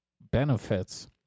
Benefits